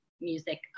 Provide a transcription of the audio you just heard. music